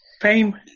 Fame